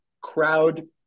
crowd